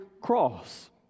cross